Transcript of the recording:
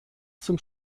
zum